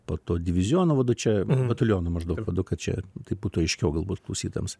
poto diviziono vadu čia matulionio maždaug vadu kad čia taip būtų aiškiau galbūt klausytojams